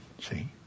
See